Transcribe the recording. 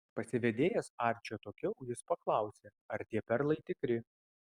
pasivedėjęs arčį atokiau jis paklausė ar tie perlai tikri